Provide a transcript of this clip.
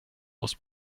aus